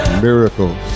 Miracles